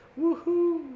woohoo